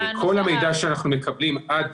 כל מידע שאנחנו מקבלים עד